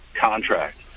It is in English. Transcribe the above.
contract